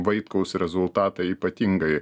vaitkaus rezultatą ypatingai